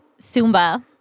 Sumba